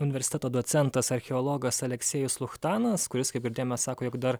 universiteto docentas archeologas aleksėjus luchtanas kuris kaip girdėjome sako jog dar